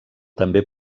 també